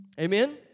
amen